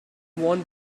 want